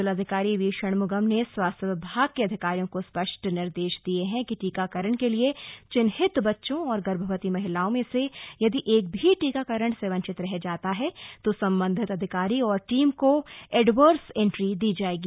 जिलाधिकारी वी षणमुगम ने स्वास्थ्य विभाग के अधिकारियों को स्पष्ट निर्देश दिये है कि टीकाकरण के लिए चिन्हित बच्चों और गर्भवती महिलाओं में से यदि एक भी टीकाकरण से वंचित रह जाता है तो सम्बन्धित अधिकारी और टीम को एडवर्स एन्ट्री दी जाएगी